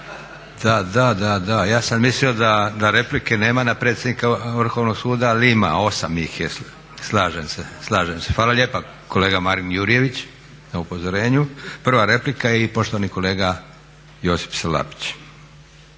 čuje./… Da, da ja sam mislio da replike nema na predsjednika Vrhovnog suda ali ima, 8 ih je, slažem se. Hvala lijepa kolega Marin Jurjević na upozorenju. Prva replika i poštovani kolega Josip Salapić.